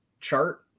chart